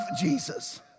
Jesus